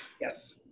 Yes